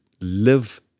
live